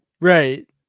Right